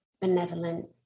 benevolent